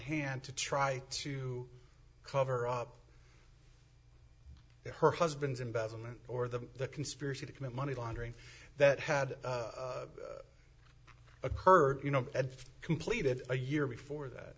hand to try to cover up the her husband's embezzlement or the conspiracy to commit money laundering that had occur you know completed a year before that